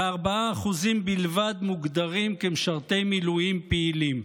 ו-4% בלבד מוגדרים כמשרתי מילואים פעילים.